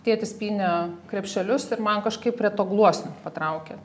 tėtis pynė krepšelius ir man kažkaip prie to gluosnio patraukė